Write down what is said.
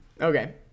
okay